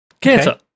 Cancer